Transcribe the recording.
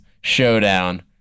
showdown